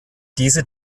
diese